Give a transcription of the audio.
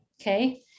Okay